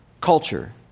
culture